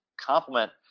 complement